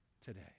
today